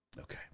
Okay